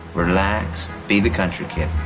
relax. be the country kid.